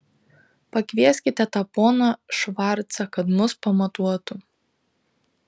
pakvieskite tą poną švarcą kad mus pamatuotų